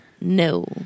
No